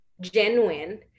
genuine